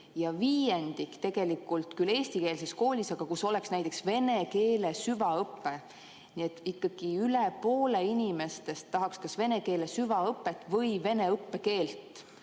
ja viiendik eelistab küll eestikeelset kooli, aga seal võiks olla vene keele süvaõpe. Nii et ikkagi üle poole inimestest tahaks kas vene keele süvaõpet või vene õppekeelt,